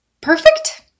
perfect